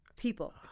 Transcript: people